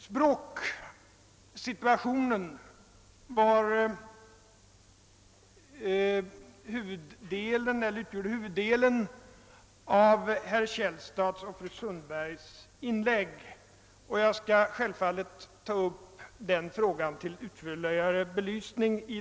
Språksituationen utgjorde huvuddelen i herr Källstads och fru Sundbergs inlägg, och jag skall i denna min replik ta upp den frågan till litet mera utförlig belysning.